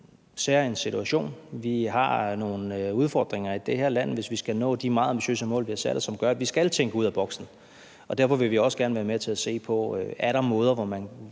særegen situation; vi har nogle udfordringer i det her land, hvis vi skal nå de meget ambitiøse mål, vi har sat os, som gør, at vi skal tænke ud af boksen. Og derfor vil vi også gerne være med til at se på, om der er måder, hvorpå man